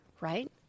right